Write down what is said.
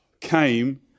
came